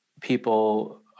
people